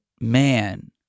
man